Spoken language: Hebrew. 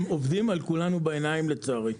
והם עובדים על כולנו בעיניים לצערי.